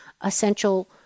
essential